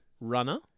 Runner